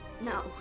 No